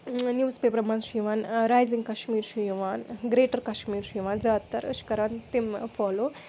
news پیٚپرَن منٛز چھُ یِوان رایزِنٛگ کَشمیٖر چھُ یِوان گرٛیٹَر کَشمیٖر چھُ یِوان زیادٕ تَر أسۍ چھِ کَران تِم فالو